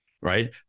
right